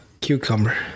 Cucumber